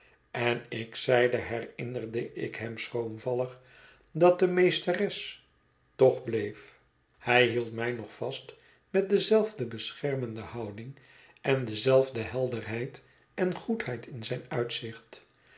en ik zeide herinnerde ik hem schroomvallig dat de meesteres toch bleef hij hield mij nog vast met dezelfde beschermende houding en dezelfde helderheid en goedheid in zijn uitzicht